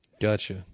Gotcha